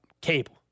cable